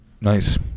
Nice